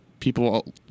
people